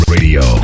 Radio